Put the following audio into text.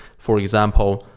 for example,